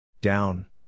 Down